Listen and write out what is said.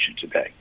today